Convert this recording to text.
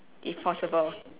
if possible